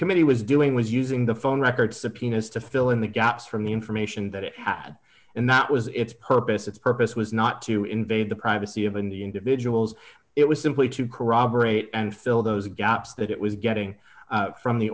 committee was doing was using the phone records subpoenas to fill in the gaps from the information that it had and that was its purpose its purpose was not to invade the privacy of an the individuals it was simply to corroborate and fill those gaps that it was getting from the